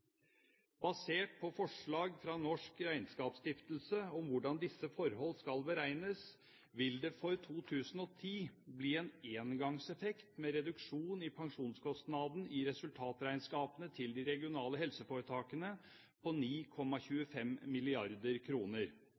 Basert på forslag fra Norsk Regnskapsstiftelse om hvordan disse forhold skal beregnes, vil det for 2010 bli en engangseffekt med reduksjon i pensjonskostnaden i resultatregnskapene til de regionale helseforetakene på 9,25